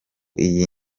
iyi